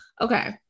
Okay